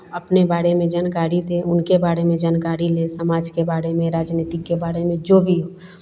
आपने बारे में जानकारी दें उनके बारे में जनकारी लें समाज के बारे में राजनीति के बारे में जो भी हो